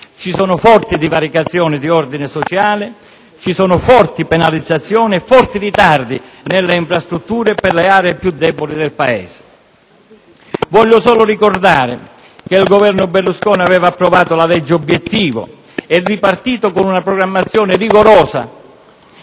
ci sono forti divaricazioni di ordine sociale; ci sono forti penalizzazioni e forti ritardi nelle infrastrutture per le aree più deboli del Paese. Voglio solo ricordare che il Governo Berlusconi aveva approvato la legge obiettivo e ripartito con una programmazione rigorosa